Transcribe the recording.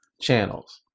channels